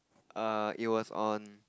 err it was on